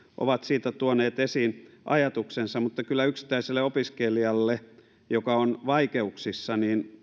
ovat siitä tuoneet esiin ajatuksensa mutta kyllä yksittäiselle opiskelijalle joka on vaikeuksissa